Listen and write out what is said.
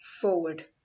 forward